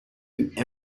fut